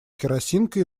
керосинка